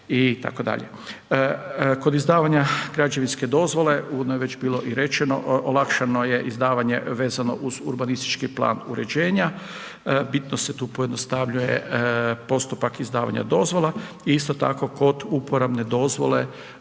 Kod izdavanja građevinske dozvole, uvodno je već bilo i rečeno olakšano je izdavanje vezano uz urbanistički plan uređenja. Bitno se tu pojednostavljuje postupak izdavanja dozvola i isto tako kod uporabne dozvole